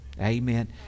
Amen